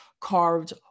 carved